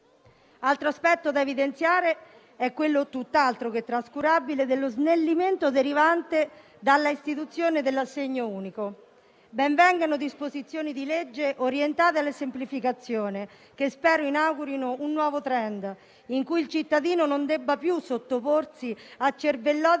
Altro aspetto da evidenziare è quello tutt'altro che trascurabile dello snellimento derivante dall'istituzione dell'assegno unico. Ben vengano disposizioni di legge orientate alla semplificazione che spero inaugurino un nuovo *trend*, in cui il cittadino non debba più sottoporsi a cervellotiche